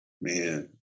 Man